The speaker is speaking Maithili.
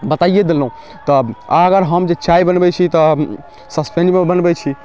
बताइए देलहुँ तब आओर अगर हम जे चाय बनबै छी तऽ सॉसपेनमे बनबै छी